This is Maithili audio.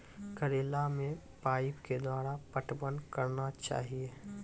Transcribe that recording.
करेला मे पाइप के द्वारा पटवन करना जाए?